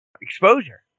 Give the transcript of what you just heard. exposure